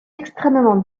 extrêmement